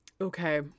okay